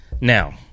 Now